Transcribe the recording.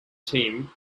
team